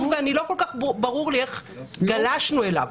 ולא כל כך ברור לי איך גלשנו אליו,